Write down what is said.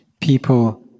people